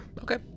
Okay